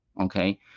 Okay